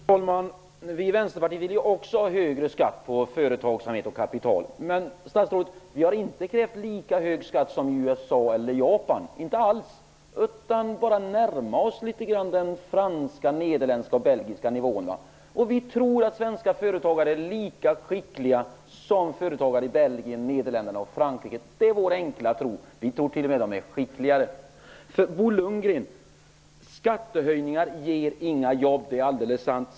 Fru talman! Vi i Vänsterpartiet vill också ha högre skatt på företagsamhet och kapital. Men, statsrådet, vi har inte krävt lika hög skatt som i USA eller i Japan, inte alls. Vi vill bara närma oss litet grand den franska, nederländska och belgiska nivån. Vi tror att svenska företagare är lika skickliga som företagare i Belgien, Nederländerna och Frankrike. Det är vår enkla tro. Vi tror till och med att de är skickligare. Skattehöjningar ger inga jobb, Bo Lundgren, det är alldeles sant.